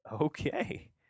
okay